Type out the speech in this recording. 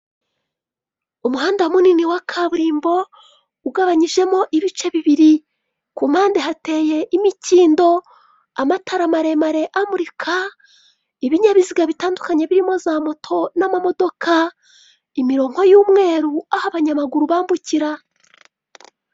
Umuhanda munini wa kaburimbo, ugabanyijemo ibice bibiri, ku mpande hateye imikindo, amatara maremare amurika, ibinyabiziga bitandukanye birimo za moto n'amamodoka. Imironko y'umweru aho abanyamaguru bambukira.